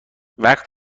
وقت